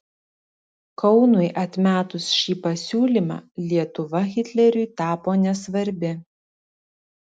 kaunui atmetus šį pasiūlymą lietuva hitleriui tapo nesvarbi